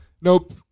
nope